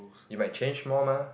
you might change more mah